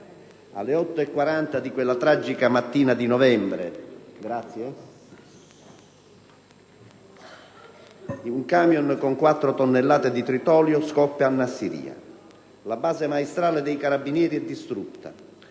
ore 8,40 di quella tragica mattina di novembre un camion con quattro tonnellate di tritolo scoppia a Nassiriya: la base Maestrale dei carabinieri è distrutta